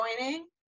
joining